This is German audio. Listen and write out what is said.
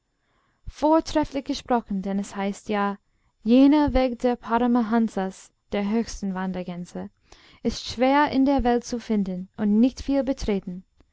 vortrefflich gesprochen denn es heißt ja jener weg der paramahansas der höchsten wandergänse ist schwer in der welt zu finden und nicht viel betreten